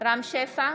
רם שפע,